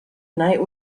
night